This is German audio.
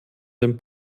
dem